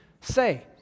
say